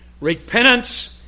Repentance